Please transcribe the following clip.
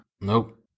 Nope